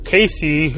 Casey